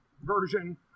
version